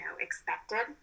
expected